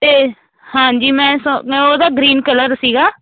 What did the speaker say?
ਅਤੇ ਹਾਂਜੀ ਮੈਂ ਸ ਮੈਂ ਉਹਦਾ ਗ੍ਰੀਨ ਕਲਰ ਸੀਗਾ